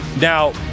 now